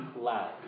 loud